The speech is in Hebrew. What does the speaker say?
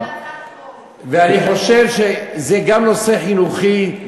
ואני חושב שזה גם נושא חינוכי,